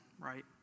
right